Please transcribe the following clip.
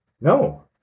No